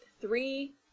Three